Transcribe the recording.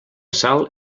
sal